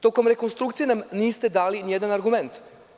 Tokom rekonstrukcije nam niste dali nijedan argument.